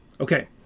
Okay